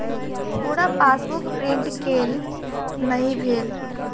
पूरा passbook print केल नहि भेल